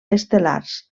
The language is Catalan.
estel·lars